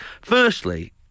Firstly